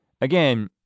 again